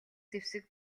зэвсэг